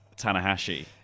Tanahashi